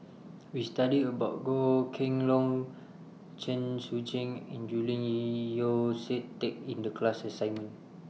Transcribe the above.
We studied about Goh Kheng Long Chen Sucheng and Julian Yeo See Teck in The class assignment